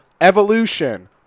Evolution